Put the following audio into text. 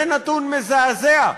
זה נתון מזעזע.